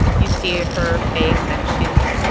you see her face. and she's,